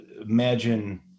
imagine